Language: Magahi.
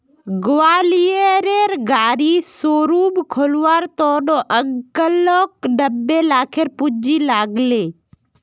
ग्वालियरेर गाड़ी शोरूम खोलवार त न अंकलक नब्बे लाखेर पूंजी लाग ले